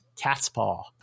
Catspaw